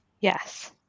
yes